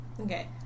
Okay